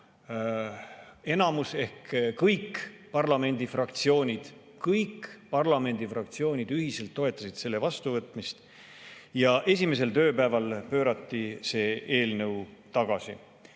enamus ehk kõik parlamendi fraktsioonid, kõik parlamendi fraktsioonid ühiselt toetasid selle vastuvõtmist. Esimesel tööpäeval pöörati see [seadus] tagasi.